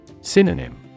Synonym